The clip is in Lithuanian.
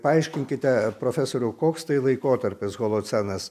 paaiškinkite profesoriau koks tai laikotarpis holocenas